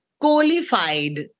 qualified